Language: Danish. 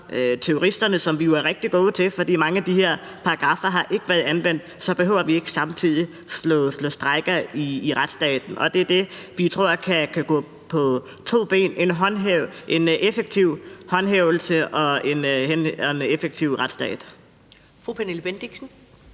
terroristerne, hvad vi jo er rigtig gode til – for mange af de her paragraffer har ikke været anvendt – så behøver vi ikke samtidig slå sprækker i retsstaten. Og det er det, vi tror kan gå på to ben: En effektiv håndhævelse og en effektiv retsstat. Kl. 11:07 Første